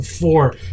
four